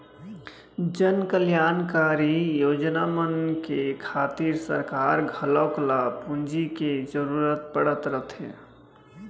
जनकल्यानकारी योजना मन के खातिर सरकार घलौक ल पूंजी के जरूरत पड़त रथे